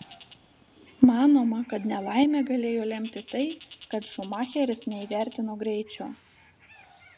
manoma kad nelaimę galėjo lemti tai kad šumacheris neįvertino greičio